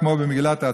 כמו במגילת העצמאות.